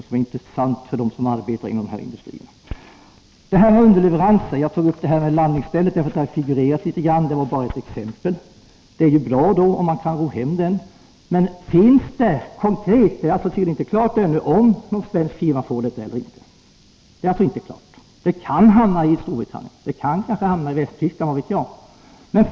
Det här är intressant för dem som arbetar i dessa industrier. Beträffande underleveranser tog jag upp landningsstället eftersom det har figurerat en del, men det var bara ett exempel. Det är ju bra om man kan ro hem detta, men det är tydligen inte klart ännu om någon svensk firma får detta eller inte. Det kan alltså hamna i Storbritannien eller i Västtyskland, . vad vet jag?